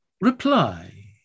Reply